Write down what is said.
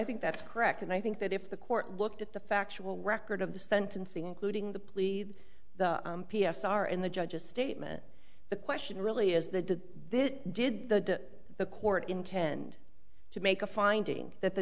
think that's correct and i think that if the court looked at the factual record of the sentencing including the plead the p s r in the judge's statement the question really is the did the the court intend to make a finding that the